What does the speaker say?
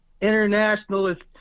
internationalist